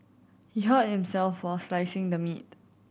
he hurt himself while slicing the meat